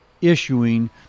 issuing